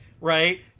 Right